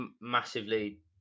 massively